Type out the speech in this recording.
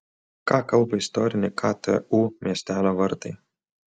ką kalba istoriniai ktu miestelio vartai